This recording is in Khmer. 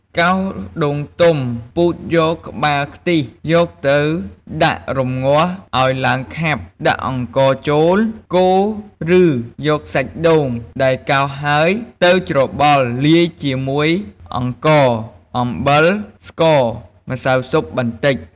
កោសដូងទុំ ពូតយកក្បាលខ្ទិះយកទៅដាក់រម្ងាស់ឱ្យឡើងខាប់ ដាក់អង្ករចូល កូរ ឬយកសាច់ដូងដែលកោសហើយទៅ ច្របល់ លាយជាមួយអង្ករ អំបិល ស្ករ ម្សៅស៊ុបបន្តិច។